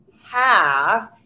half